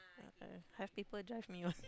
have people drive me one lah